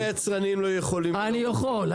אני יכול.